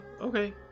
Okay